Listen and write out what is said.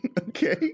Okay